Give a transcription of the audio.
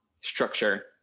structure